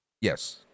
Yes